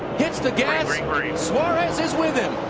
hits the gas. suarez is with him.